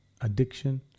addiction